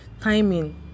timing